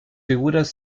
figuras